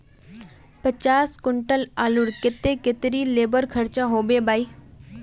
पचास कुंटल आलूर केते कतेरी लेबर खर्चा होबे बई?